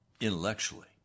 intellectually